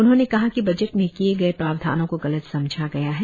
उन्होंने कहा कि बजट में किये गये प्रावधानों को गलत समझा गया है